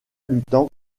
luttant